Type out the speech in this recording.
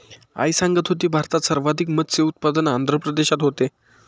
आई सांगत होती, भारतात सर्वाधिक मत्स्य उत्पादन आंध्र प्रदेशात होते